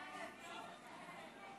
שלפחות יקשיב.